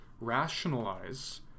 rationalize